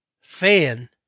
fan